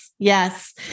Yes